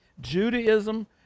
judaism